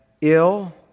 ill